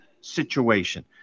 situation